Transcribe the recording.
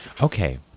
Okay